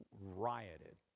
rioted